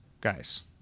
Guys